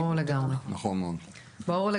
ברור, ברור.